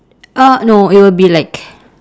uh no it will be like